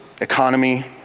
economy